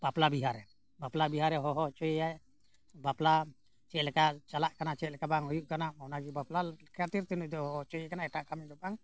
ᱵᱟᱯᱞᱟ ᱵᱤᱦᱟᱹᱨᱮ ᱵᱟᱯᱞᱟ ᱵᱤᱦᱟᱹᱨᱮ ᱦᱚᱦᱚ ᱦᱚᱪᱚᱭᱮᱭᱟᱭ ᱵᱟᱯᱞᱟ ᱪᱮᱫ ᱞᱮᱠᱟ ᱪᱟᱞᱟᱜ ᱠᱟᱱᱟ ᱪᱮᱫ ᱞᱮᱠᱟ ᱵᱟᱝ ᱦᱩᱭᱩᱜ ᱠᱟᱱᱟ ᱚᱱᱟᱜᱮ ᱵᱟᱯᱞᱟ ᱠᱷᱟᱹᱛᱤᱨ ᱛᱮ ᱱᱩᱭ ᱫᱚᱭ ᱦᱚᱦᱚ ᱦᱚᱪᱚᱭᱮ ᱠᱟᱱᱟ ᱮᱴᱟᱜ ᱠᱟᱹᱢᱤ ᱫᱚ ᱵᱟᱝ